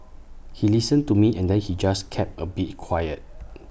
he listened to me and then he just kept A bit quiet